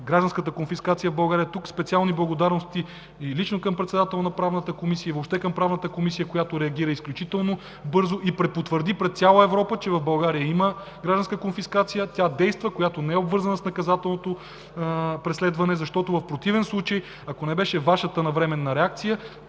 гражданската конфискация в България. И тук специални благодарности и лично към председателя на Правната комисия, и въобще към Правната комисия, която реагира изключително бързо и препотвърди пред цяла Европа, че в България има гражданска конфискация, тя действа и не е обвързана с наказателното преследване, защото в противен случай, ако не беше Вашата навременна реакция,